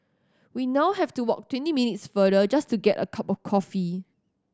we now have to walk twenty minutes farther just to get a cup of coffee